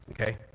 Okay